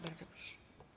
Bardzo proszę.